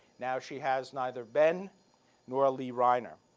now she has neither ben nor lee rhynor,